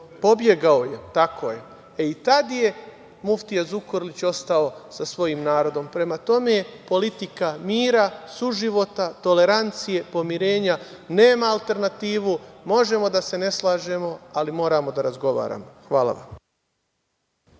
je.)Pobegao je. Tako je. I tad je muftija Zukorlić ostao sa svojim narodom. Prema tome, politika mira, suživota, tolerancije, pomirenja nema alternativu. Možemo da se ne slažemo, ali moramo da razgovaramo. Hvala vam.